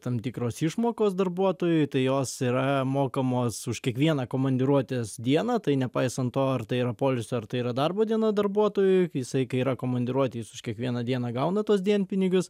tam tikros išmokos darbuotojui tai jos yra mokamos už kiekvieną komandiruotės dieną tai nepaisant to ar tai yra poilsio ar tai yra darbo diena darbuotojui jisai kai yra komandiruotėj jis už kiekvieną dieną gauna tuos dienpinigius